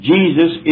Jesus